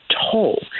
toll